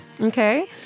okay